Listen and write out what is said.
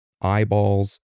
eyeballs